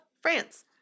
France